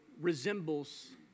resembles